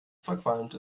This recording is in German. verqualmt